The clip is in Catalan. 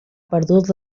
perdut